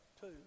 two